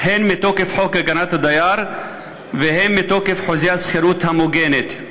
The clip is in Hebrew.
הן מתוקף חוק הגנת הדייר והן מתוקף חוזה השכירות המוגנת.